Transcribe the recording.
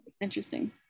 Interesting